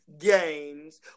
games